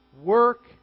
Work